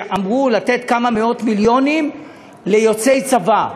שאמרו לתת כמה מאות מיליונים ליוצאי צבא,